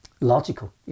logical